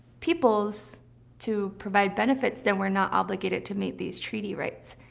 peoples to provide benefits, then we're not obligated to meet these treaty rights.